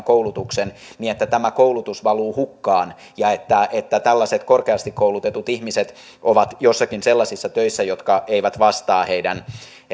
koulutuksen niin että tämä koulutus valuu hukkaan ja että että tällaiset korkeasti koulutetut ihmiset ovat joissakin sellaisissa töissä jotka eivät vastaa heidän